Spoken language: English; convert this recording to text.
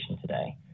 today